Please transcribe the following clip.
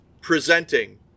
presenting